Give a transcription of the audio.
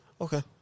Okay